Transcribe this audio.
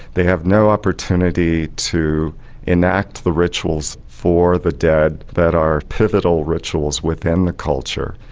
they have no opportunity to enact the rituals for the dead that are pivotal rituals within the culture,